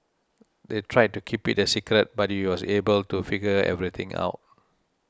they tried to keep it a secret but you was able to figure everything out